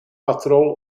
patrol